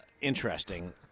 interesting